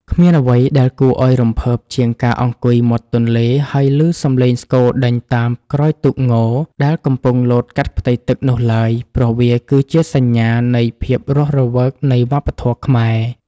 គ្មានអ្វីដែលគួរឱ្យរំភើបជាងការអង្គុយមាត់ទន្លេ ហើយឮសំឡេងស្គរដេញតាមក្រោយទូកងដែលកំពុងលោតកាត់ផ្ទៃទឹកនោះឡើយ ព្រោះវាគឺជាសញ្ញានៃភាពរស់រវើកនៃវប្បធម៌ខ្មែរ។